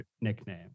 nickname